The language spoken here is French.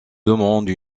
demande